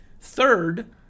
Third